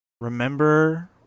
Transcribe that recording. remember